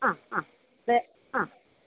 ആ ആ ആ